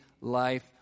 life